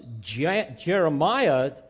Jeremiah